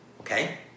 okay